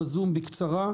בקצרה.